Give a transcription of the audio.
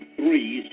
three